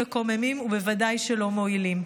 מקוממים ובוודאי שלא מועילים.